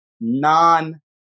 non